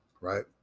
Right